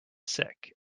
sick